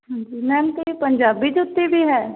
ਹਾਂਜੀ ਮੈਮ ਅਤੇ ਪੰਜਾਬੀ ਜੁੱਤੀ ਵੀ ਹੈ